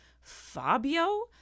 Fabio